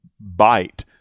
bite